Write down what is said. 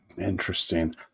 Interesting